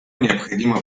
необходимо